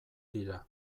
dira